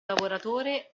lavoratore